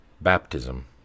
Baptism